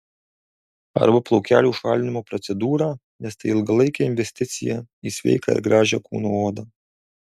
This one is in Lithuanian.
arba plaukelių šalinimo procedūrą nes tai ilgalaikė investiciją į sveiką ir gražią kūno odą